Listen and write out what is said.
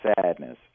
sadness